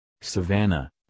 Savannah